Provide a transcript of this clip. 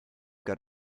got